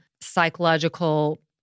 psychological